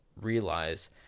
realize